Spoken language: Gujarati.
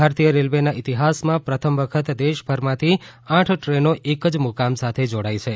ભારતીય રેલવેના ઇતિફાસમાં પ્રથમ વખત દેશભરમાંથી આઠ દ્રેનો એક જ મુકામ સાથે જોડાઇ છે